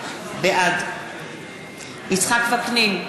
בעד יצחק וקנין,